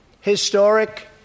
historic